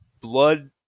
blood